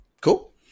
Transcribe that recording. Cool